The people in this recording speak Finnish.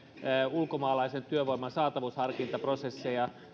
ulkomaalaisen työvoiman saatavuusharkintaprosesseja